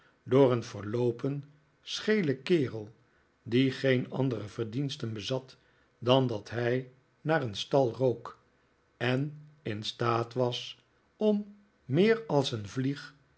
door een verloopen schelen kerel die geen andere verdiensten bezat dan dat hij naar een stal rook en in staat was om meer als een vlieg